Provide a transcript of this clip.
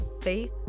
faith